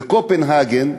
בקופנהגן,